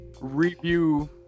review